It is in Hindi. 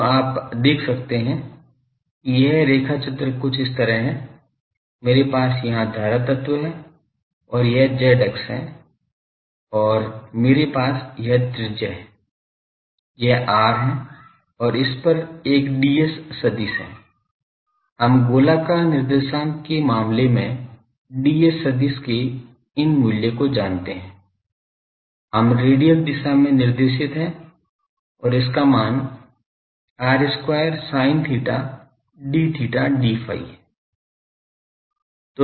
तो आप देख सकते हैं कि यह रेखाचित्र कुछ इस तरह है मेरे पास यहां धारा तत्व है और यह z अक्ष है और मेरे पास एक त्रिज्या है यह r है और इस पर एक ds सदिश है हम गोलाकार निर्देशांक के मामले में ds सदिश के इन मूल्य को जानते हैं यह रेडियल दिशा में निर्देशित है और इसका मान r square sin theta d theta d phi है